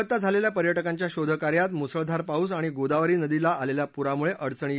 बेपत्ता झालेल्या पर्यटकांच्या शोधकार्यांत मुसळधार पाऊस आणि गोदावरी नदीला आलेल्या पुरामुळे अडचणी येत आहेत